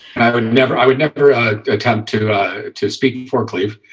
never never i would never attempt to to speaking for cleve